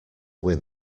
win